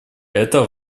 это